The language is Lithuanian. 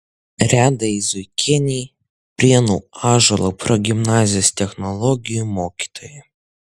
redai zuikienei prienų ąžuolo progimnazijos technologijų mokytojai